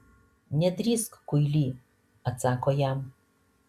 nedrįsk kuily atsako jam